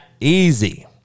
easy